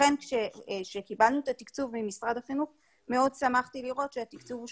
לכן כשקיבלנו את התקצוב ממשרד החינוך מאוד שמחתי לראות שהתקצוב הוא